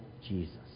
Jesus